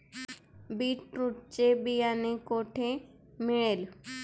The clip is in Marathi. बीटरुट चे बियाणे कोठे मिळेल?